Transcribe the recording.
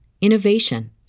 innovation